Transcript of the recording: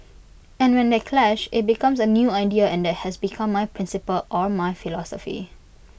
and when they clash IT becomes A new idea and that has become my principle or my philosophy